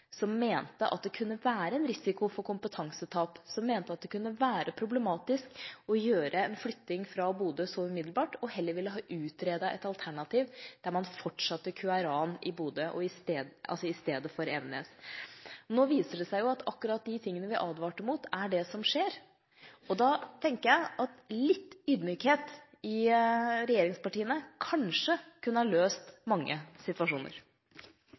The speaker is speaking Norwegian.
som mente at det kunne være risiko for kompetansetap, og at det kunne være problematisk å foreta flytting fra Bodø så umiddelbart. Vi ville heller få utredet et alternativ der man fortsatte QRA-en i Bodø – i stedet for i Evenes. Nå viser det seg jo at akkurat de tingene vi advarte mot, er det som skjer. Da tenker jeg at litt ydmykhet i regjeringspartiene kanskje kunne ha løst mange situasjoner.